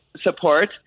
support